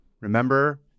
remember